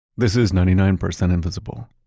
this is ninety nine percent invisible.